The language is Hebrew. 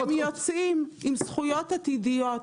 הם יוצאים עם זכויות עתידיות.